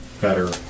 better